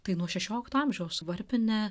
tai nuo šešiolikto amžiaus varpinė